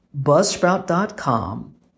buzzsprout.com